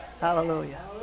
hallelujah